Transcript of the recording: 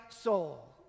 soul